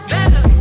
Better